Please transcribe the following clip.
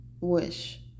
wish